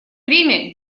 время